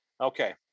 Okay